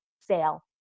sale